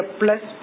plus